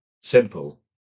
simple